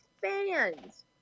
fans